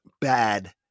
bad